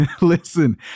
Listen